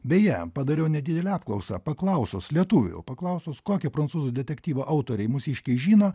beje padariau nedidelę apklausą paklausus lietuvių paklausus kokį prancūzų detektyvo autoriai mūsiškiai žino